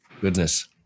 goodness